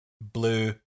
blue